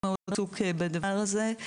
מאוד עיסוק בדבר הזה.